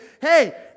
hey